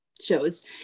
shows